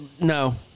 No